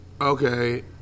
Okay